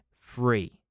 free